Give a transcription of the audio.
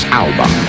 album